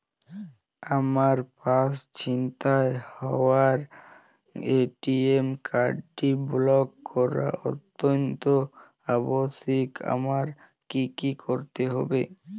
আমার পার্স ছিনতাই হওয়ায় এ.টি.এম কার্ডটি ব্লক করা অত্যন্ত আবশ্যিক আমায় কী কী করতে হবে?